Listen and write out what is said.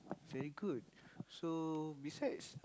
very good so besides